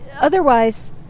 otherwise